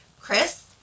Chris